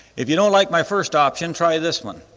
if you don't like my first option try this one,